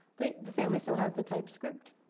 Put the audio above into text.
the the family still has the typed script.